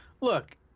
Look